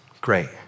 great